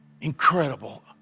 incredible